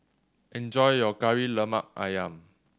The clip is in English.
enjoy your Kari Lemak Ayam